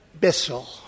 Bissell